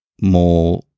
more